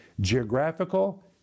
geographical